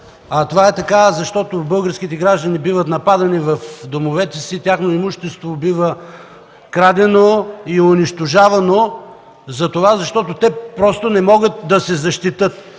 Това е така, защото българските граждани биват нападани в домовете си, тяхно имущество бива крадено и унищожавано, защото те просто не могат да се защитят!